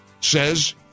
says